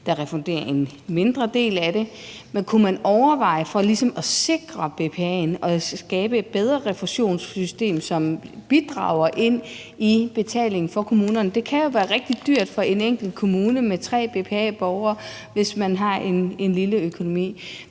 der refunderer en mindre del af det, men kunne man overveje, for ligesom at sikre BPA'en, at skabe et bedre refusionssystem, som bidrager med betalingen for kommunerne? Det kan jo være rigtig dyrt for en enkelt kommune med tre BPA-borgere, hvis man har en lille økonomi.